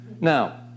now